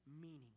meaning